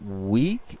week